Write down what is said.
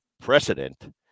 precedent